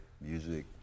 music